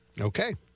Okay